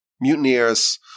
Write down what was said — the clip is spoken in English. mutineers